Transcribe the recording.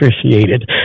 appreciated